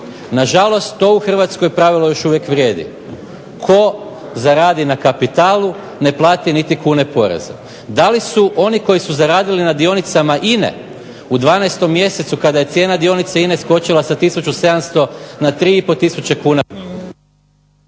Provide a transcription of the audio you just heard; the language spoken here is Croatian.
Na žalost to u Hrvatskoj pravilo još uvijek vrijedi. Tko zaradi na kapitalu ne plati niti kune poreza. Da li su oni koji su zaradili na dionicama INA-e u 12 mjesecu kada je cijena dionica INA-e skočila sa 1700 na 3500 kuna